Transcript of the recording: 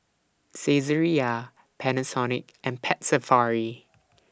Saizeriya Panasonic and Pet Safari